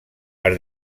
per